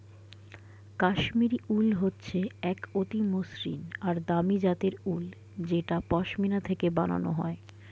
কাশ্মীরি উল হচ্ছে এক অতি মসৃন আর দামি জাতের উল যেটা পশমিনা থেকে বানানো হয়